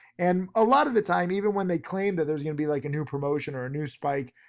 and a lot of the time, even when they claim that there's gonna be like a new promotion or a new spike,